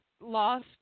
lost